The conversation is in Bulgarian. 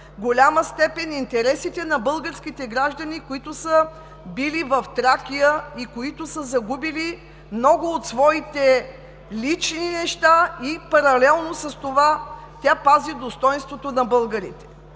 голяма степен интересите на българските граждани, които са били в Тракия и са загубили много от своите лични неща, паралелно с това тя пази достойнството на българите.